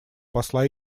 посла